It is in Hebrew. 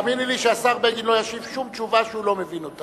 תאמיני לי שהשר בגין לא ישיב שום תשובה שהוא לא מבין אותה.